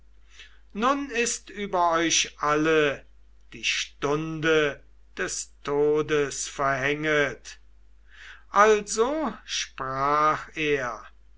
nun ist über euch alle die stunde des todes verhänget also sprach er